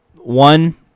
One